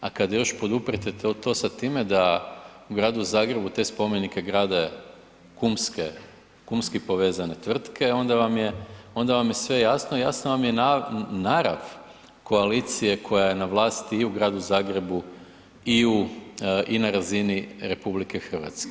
A kada još poduprijete to sa time da u gradu Zagrebu te spomenike grade kumski povezane tvrtke onda vam je sve jasno i jasna vam je narav koalicije koja je na vlasti i u gradu Zagrebu i na razini RH.